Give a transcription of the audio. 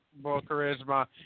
charisma